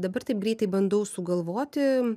dabar taip greitai bandau sugalvoti